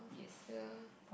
ya